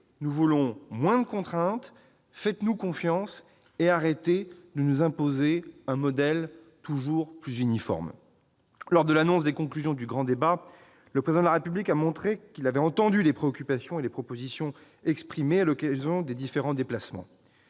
nous voulons moins de contraintes, faites-nous confiance et arrêtez de nous imposer un modèle toujours plus uniforme !» Lors de l'annonce des conclusions du grand débat, le Président de la République a montré qu'il avait entendu les préoccupations et les propositions formulées lors de ses différents déplacements.